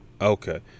okay